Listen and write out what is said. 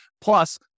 Plus